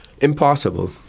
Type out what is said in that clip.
Impossible